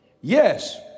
Yes